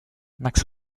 max